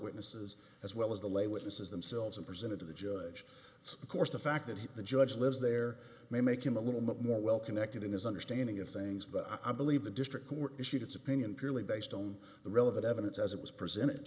witnesses as well as the lay witnesses themselves and presented to the judge that's of course the fact that the judge lives there may make him a little bit more well connected in his understanding of things but i believe the district court issued its opinion purely based on the relevant evidence as it was presented